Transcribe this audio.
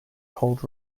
hold